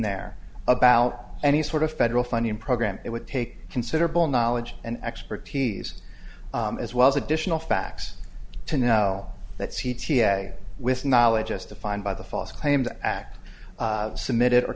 there about any sort of federal funding program it would take considerable knowledge and expertise as well as additional facts to know that c t a with knowledge justified by the false claims act submitted